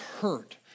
hurt